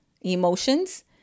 emotions